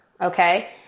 Okay